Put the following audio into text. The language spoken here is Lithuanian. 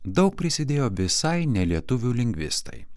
daug prisidėjo visai ne lietuvių lingvistai